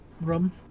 rum